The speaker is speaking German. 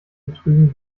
betrügen